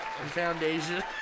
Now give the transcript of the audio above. Foundation